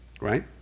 right